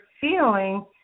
feeling